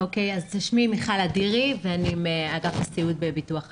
אני מאגף הסיעוד בביטוח הלאומי.